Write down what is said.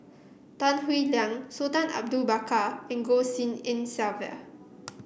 Tan Howe Liang Sultan Abu Bakar and Goh Tshin En Sylvia